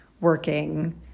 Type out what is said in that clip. Working